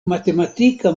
matematika